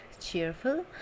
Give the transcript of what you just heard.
cheerful